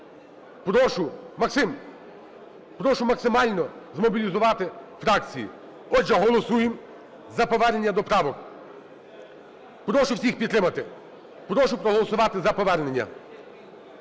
прошу максимально змобілізувати фракції. Отже, голосуємо за повернення до правок. Прошу всіх підтримати, прошу проголосувати за повернення.